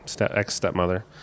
ex-stepmother